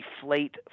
deflate